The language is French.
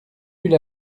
pull